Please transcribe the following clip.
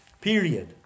Period